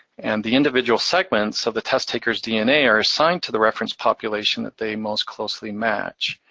and the individual segments of the test takers dna are assigned to the reference population that they most closely match.